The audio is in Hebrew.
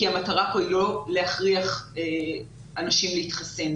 המטרה כאן היא לא להכריח אנשים להתחסן.